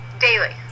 daily